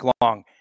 long